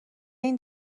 این